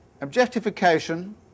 Objectification